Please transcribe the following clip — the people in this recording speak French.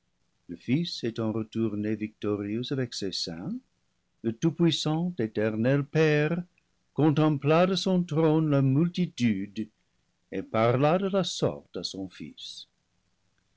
le fils étant retourné victorieux avec ses saints le tout-puissant éternel père contempla de son trône leur multitude et parla de la sorte à son fils